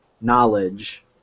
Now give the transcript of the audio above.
knowledge